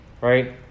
right